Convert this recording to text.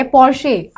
Porsche